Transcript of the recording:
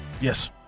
Yes